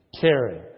caring